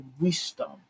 wisdom